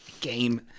game